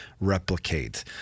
replicate